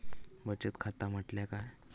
बचत खाता म्हटल्या काय?